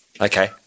Okay